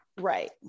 Right